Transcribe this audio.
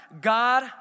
God